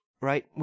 right